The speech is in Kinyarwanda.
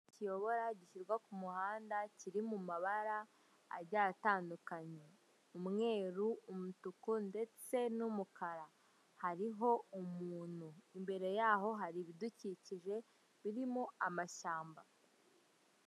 kiyobora, gishyirwa ku muhanda kiri mu mabara agiye atandukanye umweru, umutuku ndetse n'umukara. Hariho umuntu imbere yaho hari ibidukikije birimo amashyamba.